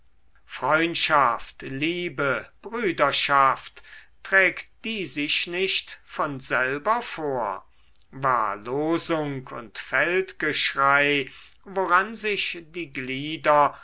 freundschaft liebe brüderschaft trägt die sich nicht von selber vor war losung und feldgeschrei woran sich die glieder